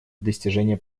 достижения